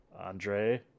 Andre